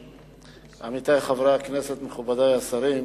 עמיתי חברי הכנסת, מכובדי השרים,